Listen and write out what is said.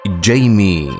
Jamie